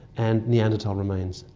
and neanderthal remains.